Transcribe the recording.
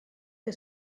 que